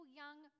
young